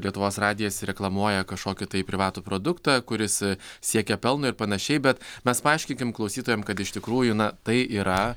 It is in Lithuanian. lietuvos radijas reklamuoja kažkokį privatų produktą kuris siekia pelno ir pan bet mes paaiškinkim klausytojam kad iš tikrųjų na tai yra